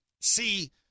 see